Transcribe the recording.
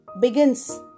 begins